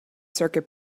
circuit